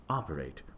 operate